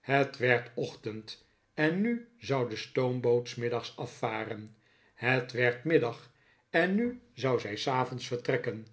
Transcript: het werd ochtend en nu zou de stoomboot s middags afvaren het werd middag en nu zou zij s avonds vertrekken